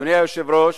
אדוני היושב-ראש,